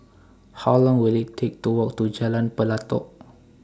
How Long Will IT Take to Walk to Jalan Pelatok